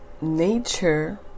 Nature